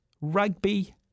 rugby